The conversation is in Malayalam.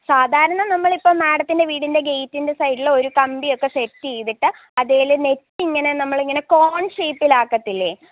സാധാരണ നമ്മൾ ഇപ്പം മാഡത്തിന്റെ വീടിന്റെ ഗേറ്റിന്റെ സൈഡിൽ ഒരു കമ്പിയൊക്കെ സെറ്റ് ചെയ്തിട്ട് അതേല് നെറ്റ് ഇങ്ങനെ നമ്മൾ ഇങ്ങനെ കോണ് ഷേപ്പിൽ ആക്കത്തില്ലേ